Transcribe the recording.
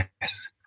Yes